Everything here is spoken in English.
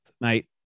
Mate